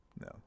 No